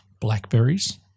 blackberries